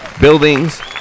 buildings